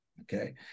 Okay